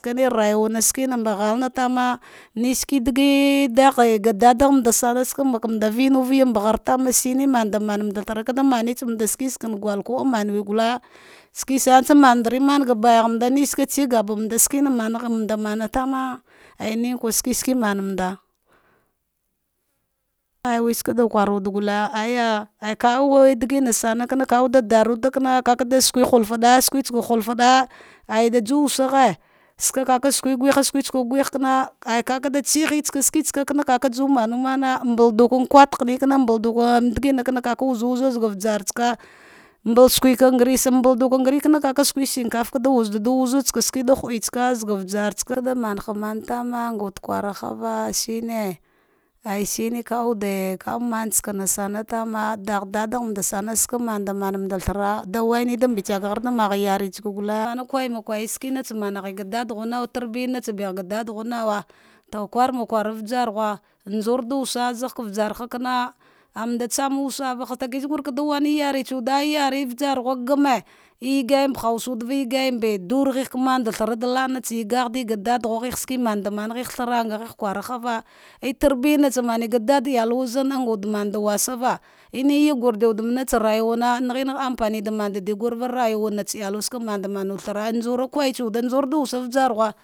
Kaderayuwan kena mbe ghana tama neshince diji dabe gadadagh mandagmaul vinumbaghar a kada mare ghamda shiva skan julkwa'ah mani we gule shnve sane tsa manmadrine ga danghamand nesane mand ghamantana vi neke shinje shinki manmanda pe weshike da kwar wude gule aya leka digina sanakana kawuda da damda kam kakada suke haufade, suke tsaka hulfada ja daju wusaghe kaka vaka suke gule suku gahe kana ve kavada tsihe shiki tsana vavajuma numana mbadukan kwata hakika mbadulka ma digi nakana. kaka wuzu zunza zaga vjartsaka mbal suka mbudulka ngure tsaka kaka suka shinka va da wuz dada wuza shinkitsaka. shiki da ghudi tsaka tsogha vjartsaka. da maha mantana ngta kwara hava, shne aya shine ka wude vauwude mantsarka na dagha dadaghma sana skemanada mandanda thra, da waida mbartsagheda mgha yartisa gude a kwaimaye. shinkatsa manghi da dadaghu nawa. tarsijana sabegh a dadaghu nawa. kwama kwar ujarghu. njurda wusa zaka vjarhakana an ndtsana, kiz gurda wayni yare tse wu ei yare shagame veyagama hansa wude, e yagandur ghe kaman da thana da lantse, ya gaghdi gadala shike man ghehe thara, ngahehe kwara hava ie larbayama sa mone ga dada iyawa zane awa da manda wasaki, e yagurdiwa wudu mantsa rayuwana. naghen afantsa mandidi gurva netsu rayuwane natsa iyawa isamandawuda thara bijurka waitsa wude murda wusa.